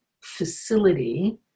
facility